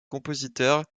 compositeur